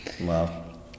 Wow